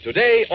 Today